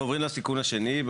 אנחנו עוברים לסיכון השני,